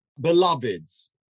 beloveds